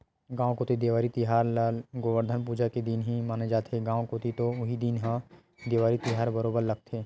गाँव कोती देवारी तिहार ल गोवरधन पूजा के दिन ही माने जाथे, गाँव कोती तो उही दिन ह ही देवारी तिहार बरोबर लगथे